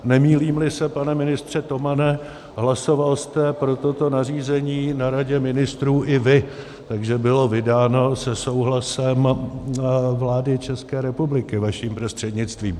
Nemýlímli se, pane ministře Tomane, hlasoval jste pro toto nařízení na Radě ministrů i vy, takže bylo vydáno se souhlasem vlády České republiky vaším prostřednictvím.